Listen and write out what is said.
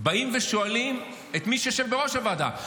באים ושואלים את מי שיושב בראש הוועדה,